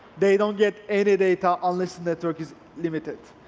they don't get any data unless the network is limited.